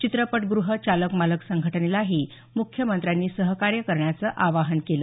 चित्रपटगृह चालक मालक संघटनेलाही मुख्यमंत्र्यांनी सहकार्य करण्याचं आवाहन केलं